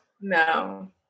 No